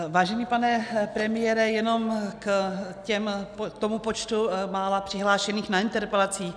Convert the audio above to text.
Vážený pane premiére, jenom k tomu počtu mála přihlášených na interpelacích.